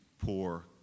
poor